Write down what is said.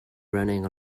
running